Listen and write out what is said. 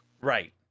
Right